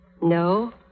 No